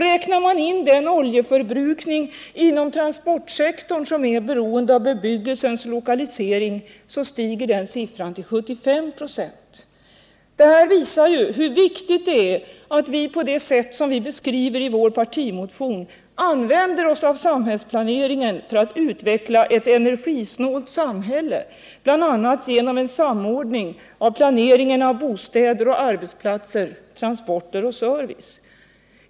Räknar man in den oljeförbrukning inom transportsektorn som är beroende av bebyggelsens lokalisering stiger den siffran till 75 96. Det visar hur viktigt det är att vi, på det sätt som vi beskriver i vår partimotion, använder oss av samhällsplaneringen för att utveckla ett energisnålt samhälle, bl.a. genom en samordning av planeringen av bostäder och arbetsplatser, transporter och service.